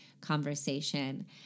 conversation